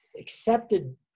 accepted